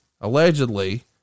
allegedly